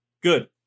Good